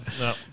No